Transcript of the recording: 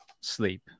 sleep